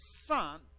son